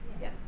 Yes